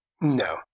No